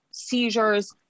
seizures